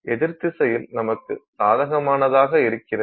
எதிர் திசையில் நமக்கு சாதகமானதாக இருக்கிறது